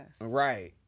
Right